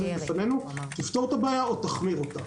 לפנינו תפתור את הבעיה או תחמיר אותה.